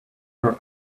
her